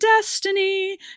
destiny